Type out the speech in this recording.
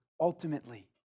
ultimately